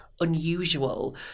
unusual